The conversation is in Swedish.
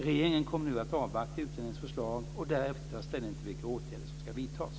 Regeringen kommer nu att avvakta utredningens förslag och därefter ta ställning till vilka åtgärder som ska vidtas.